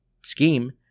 scheme